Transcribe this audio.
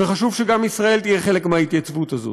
וחשוב שגם ישראל תהיה חלק מההתייצבות הזאת.